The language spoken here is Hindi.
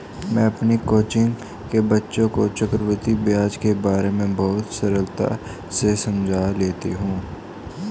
मैं अपनी कोचिंग के बच्चों को चक्रवृद्धि ब्याज के बारे में बहुत सरलता से समझा लेती हूं